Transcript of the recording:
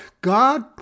God